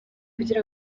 kugira